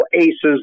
aces